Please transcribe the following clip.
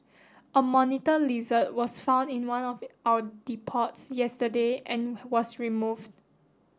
a monitor lizard was found in one of our depots yesterday and was removed